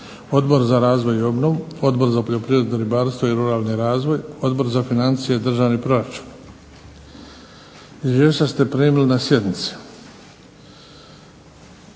Odbor za razvoj i obnovu, Odbor za poljoprivredu, ribarstvo i ruralni razvoj, Odbor za financije i državni proračun. Izvješća ste primili na sjednici.